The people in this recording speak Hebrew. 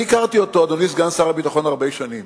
אני הכרתי אותו, אדוני סגן שר הביטחון, הרבה שנים.